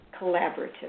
collaborative